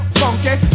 funky